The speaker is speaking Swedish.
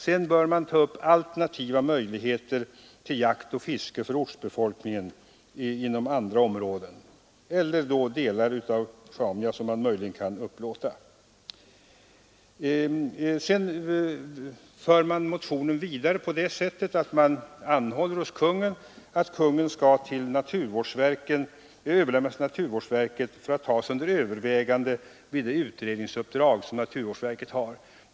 Sedan bör man ta upp alternativa möjligheter till jakt och fiske för ortsbefolkningen inom andra områden eller de delar av Sjaunja som man kan tänka sig att upplåta. Utskottet för motionen vidare på det sättet att utskottet anhåller att Kungl. Maj:t skall överlämna motionen till naturvårdsverket för att tas under övervägande vid det utredningsuppdrag som naturvårdsverket har.